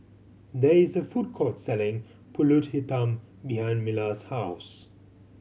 there is a food court selling Pulut Hitam behind Mila's house